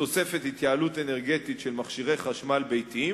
בתוספת התייעלות אנרגטית של מכשירי חשמל ביתיים,